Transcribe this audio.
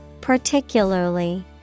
Particularly